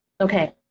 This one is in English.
Okay